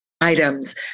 items